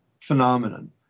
phenomenon